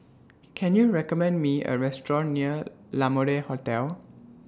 Can YOU recommend Me A Restaurant near La Mode Hotel